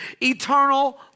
eternal